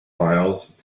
files